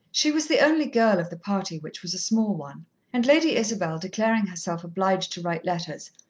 she was the only girl of the party, which was a small one and lady isabel, declaring herself obliged to write letters,